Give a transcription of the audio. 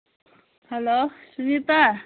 hello Sunita